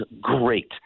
great